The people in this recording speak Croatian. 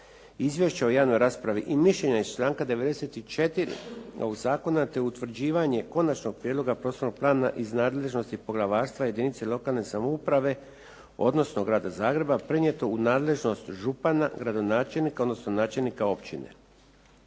Izvješća o javnoj raspravi i mišljenje iz članka 94. novog zakona te utvrđivanje Konačnog prijedloga prostornog plana iz nadležnosti poglavarstva, jedinica lokalne samouprave odnosno grada Zagreba prenijeto u nadležnost župana, gradonačelnika, odnosno načelnika općine.